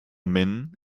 men